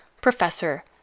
professor